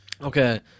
Okay